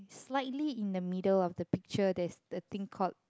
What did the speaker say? slightly in the middle of the picture there's the thing called